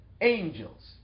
angels